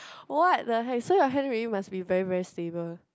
what the heck so your hand really must be very very stable